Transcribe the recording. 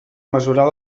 mesurar